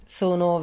sono